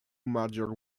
major